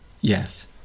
Yes